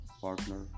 partner